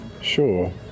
Sure